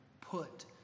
put